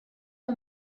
the